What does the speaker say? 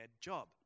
job